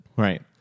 Right